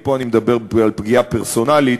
ופה אני מדבר על פגיעה פרסונלית,